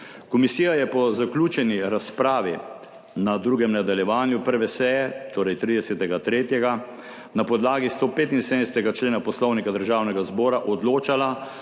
Komisija je po zaključeni razpravi na drugem nadaljevanju 1. seje, torej 30. 3., na podlagi 175. člena Poslovnika Državnega zbora odločala